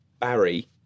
Barry